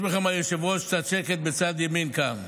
היושב-ראש ביקש מכם קצת שקט, בצד ימין כאן.